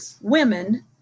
women